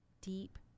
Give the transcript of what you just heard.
deep